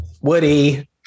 woody